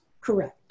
Correct